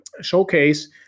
showcase